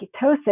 ketosis